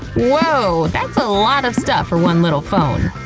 woah, that's a lot of stuff for one little phone.